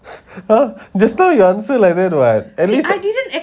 !huh! just now you answer like there what at least